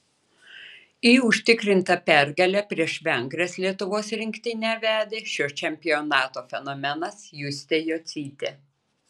į užtikrintą pergalę prieš vengres lietuvos rinktinę vedė šio čempionato fenomenas justė jocytė